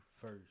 first